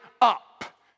up